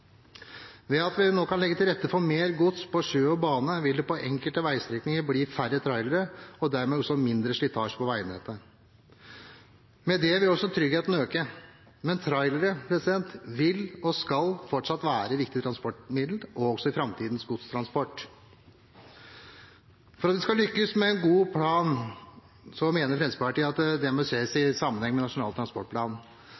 Ved at vi nå kan legge til rette for mer gods på sjø og bane, vil det på enkelte veistrekninger bli færre trailere og dermed også mindre slitasje på veinettet. Med det vil også tryggheten øke. Men trailere vil og skal fortsatt være et viktig transportmiddel også i framtidens godstransport. For at vi skal lykkes med en god plan, mener Fremskrittspartiet at den bør ses